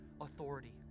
authority